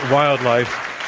wildlife.